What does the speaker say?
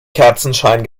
kerzenschein